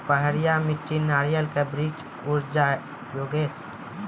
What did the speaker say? पहाड़िया मिट्टी नारियल के वृक्ष उड़ जाय योगेश?